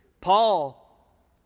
Paul